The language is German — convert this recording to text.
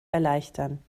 erleichtern